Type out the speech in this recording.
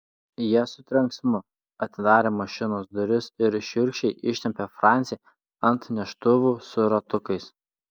jie su trenksmu atidarė mašinos duris ir šiurkščiai ištempė francį ant neštuvų su ratukais